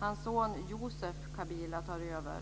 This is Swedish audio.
Hans son Joseph Kabila tog över.